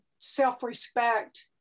self-respect